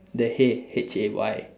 the hay H A Y